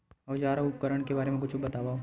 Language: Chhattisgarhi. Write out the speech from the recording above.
औजार अउ उपकरण के बारे मा कुछु बतावव?